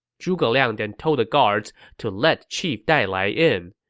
zhuge liang then told the guards to let chief dailai in.